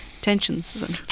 tensions